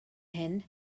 hyn